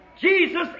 Jesus